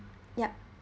yap